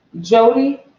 Jody